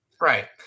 Right